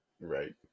Right